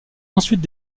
ensuite